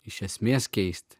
iš esmės keisti